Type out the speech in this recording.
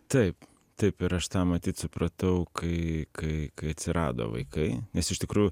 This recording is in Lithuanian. taip taip ir aš tą matyt supratau kai kai kai atsirado vaikai nes iš tikrųjų